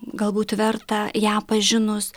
galbūt verta ją pažinus